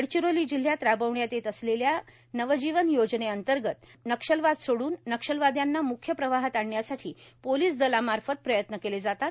गडचिरोली जिल्ह्यात राबविण्यात येत असलेल्या नवजीवन योजनेअंतर्गत नक्षलवाद सोडून नक्षलवाद्यांना म्रुख्य प्रवाहात आणण्यासाठी पोलीस दलामार्फत प्रयत्न केले जातात